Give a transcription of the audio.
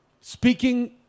speaking